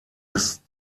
bis